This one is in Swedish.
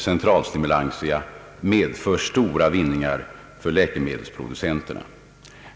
Centralstimulantia medför stora förtjänster för läkemedelsproducenterna.